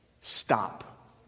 stop